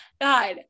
God